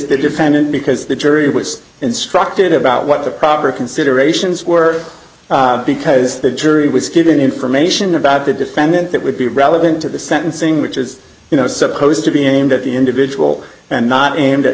defendant because the jury was instructed about what the proper considerations were because the jury was given information about the defendant that would be relevant to the sentencing which is you know supposed to be aimed at the individual and not aimed at